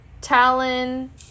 Talon